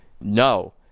No